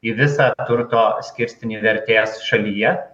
į visą turto skirstinį vertės šalyje